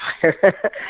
fire